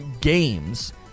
games